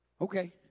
okay